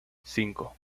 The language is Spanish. cinco